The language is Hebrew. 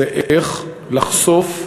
איך לחשוף,